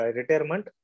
retirement